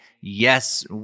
Yes